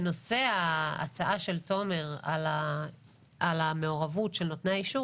בנושא ההצעה של תומר על המעורבות של נותני האישור